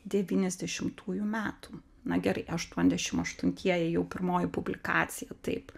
devyniasdešimtųjų metų na gerai aštuoniasdešim aštuntieji jau pirmoji publikacija taip